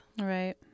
Right